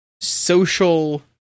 social